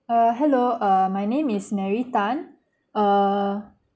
err hello err my name is mary tan err